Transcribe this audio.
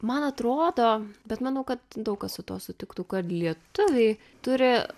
man atrodo bet manau kad daug kas su tuo sutiktų kad lietuviai turi